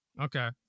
Okay